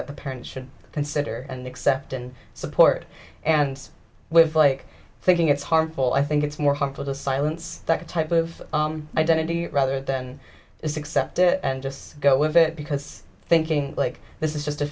that the parents should consider and accept and support and with like thinking it's harmful i think it's more harmful to silence that type of identity rather than is accept it and just go with it because thinking like this is just a